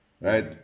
Right